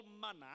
manner